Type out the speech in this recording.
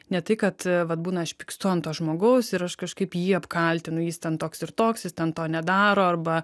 ne tai kad vat būna aš pykstu ant to žmogaus ir aš kažkaip jį apkaltinu jis ten toks ir toks jis ten to nedaro arba